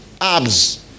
abs